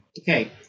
Okay